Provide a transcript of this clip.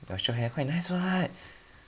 your short hair quite nice [what]